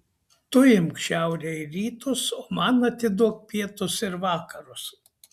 tu imk šiaurę ir rytus o man atiduok pietus ir vakarus